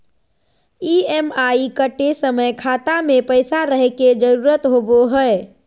EMI कटे समय खाता मे पैसा रहे के जरूरी होवो हई